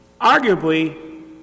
Arguably